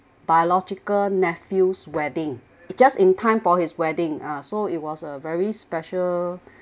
biological nephew's wedding just in time for his wedding ah so it was a very special